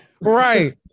Right